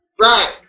Right